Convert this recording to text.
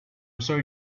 sorry